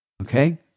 Okay